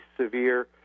severe